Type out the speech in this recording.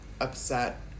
upset